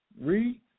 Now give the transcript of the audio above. Read